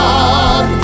God